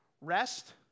Rest